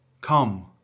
Come